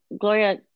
Gloria